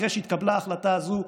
אחרי שהתקבלה ההחלטה הזאת,